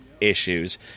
issues